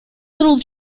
little